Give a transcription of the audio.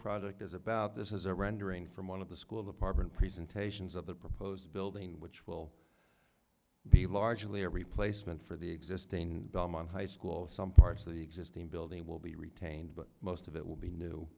project is about this is a rendering from one of the school department presentations of the proposed building which will be largely a replacement for the existing belmont high school some parts of the existing building will be retained but most of it will be new